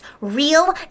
real